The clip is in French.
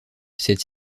cette